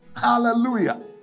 Hallelujah